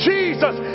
Jesus